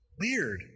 weird